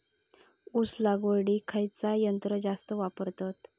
ऊस लावडीक खयचा यंत्र जास्त वापरतत?